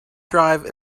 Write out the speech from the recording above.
drive